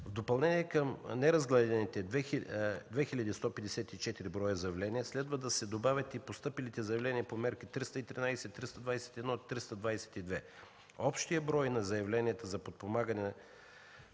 В допълнение към неразгледаните 2154 броя заявления следва да се добавят и постъпилите заявления по Мярка 313, Мярка 321, Мярка 322. Общият брой на заявленията за подпомагане,